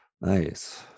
Nice